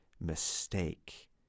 mistake